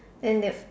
and it